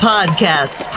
Podcast